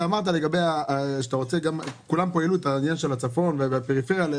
כולם העלו פה את עניין הצפון והפריפריה.